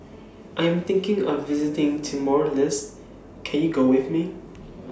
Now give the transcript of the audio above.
I'm thinking of visiting Timor Leste Can YOU Go with Me